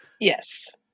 Yes